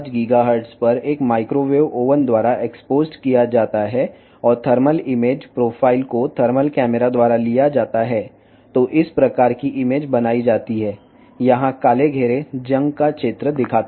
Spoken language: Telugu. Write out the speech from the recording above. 45 GHz వద్ద మైక్రోవేవ్ ఓవెన్ ద్వారా బహిర్గతం చేయబడినప్పుడు మరియు thermal image profile thermal camera ద్వారా తీసుకోబడినప్పుడు ఈ రకమైన చిత్రాలు ఇక్కడ సృష్టించబడతాయి ఇక్కడ నల్ల వృత్తం తుప్పు ప్రాంతాన్ని చూపుతుంది